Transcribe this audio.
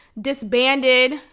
disbanded